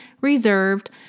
reserved